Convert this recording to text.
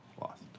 lost